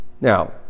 Now